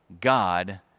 God